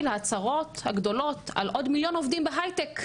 יש את ההצהרות הגדולות על עוד מיליון עובדים בהייטק,